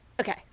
Okay